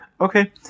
okay